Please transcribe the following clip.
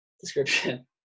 description